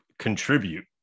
contribute